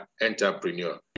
entrepreneur